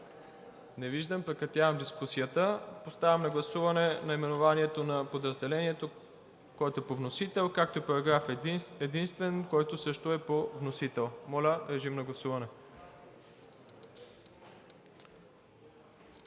Не виждам. Прекратявам дискусията. Поставям на гласуване наименованието на подразделението, което е по вносител, както и параграф единствен, който също е по вносител. Гласували